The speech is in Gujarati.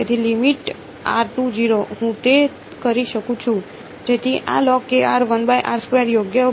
તેથી હું તે કરી શકું છું જેથી આ યોગ્ય બને